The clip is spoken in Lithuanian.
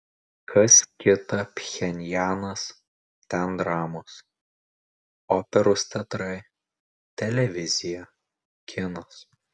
kas kita pchenjanas ten dramos operos teatrai televizija kinas